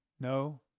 No